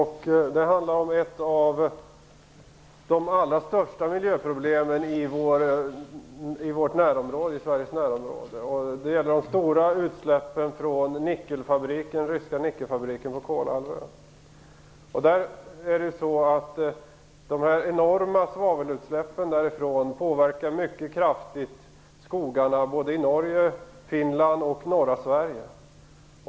Herr talman! Jag vill ställa en fråga till miljöministern. Den gäller ett av de allra största miljöproblemen i Sveriges närområde. Det gäller de stora utsläppen från den ryska nickelfabriken på Kolahalvön. De enorma svavelutsläppen påverkar skogarna mycket kraftigt i Norge, Finland och norra Sverige.